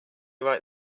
right